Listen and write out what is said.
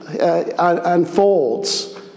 unfolds